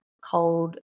cold